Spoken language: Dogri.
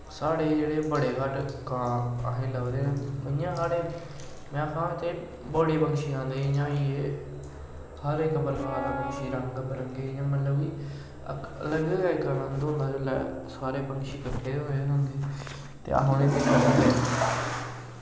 साढ़े जेह्ड़े बड़े घट्ट कां असें लब्भदे न उ'आं साढ़े में आक्खा ना इत्थे बड़े पंक्षी आंदे जियां होइये हर इक प्रकार पक्षी रंग बरंगे इयां मतलव की अलग गै इक अन्द होंदा जुल्लै सारे पंक्षी कट्ठे होए दे होंदे ते अस उनेंगी